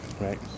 right